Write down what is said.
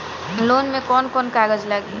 Loan में कौन कौन कागज लागी?